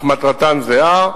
אך מטרתן זהה,